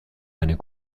eine